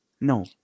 No